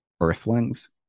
Earthlings